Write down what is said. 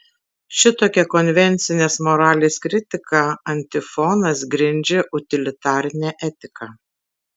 šitokia konvencinės moralės kritika antifonas grindžia utilitarinę etiką